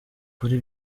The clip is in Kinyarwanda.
kuri